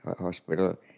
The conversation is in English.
hospital